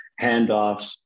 handoffs